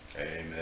Amen